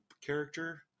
character